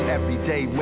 Everyday